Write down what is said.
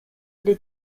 les